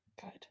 Good